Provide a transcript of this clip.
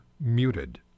muted